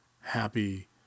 happy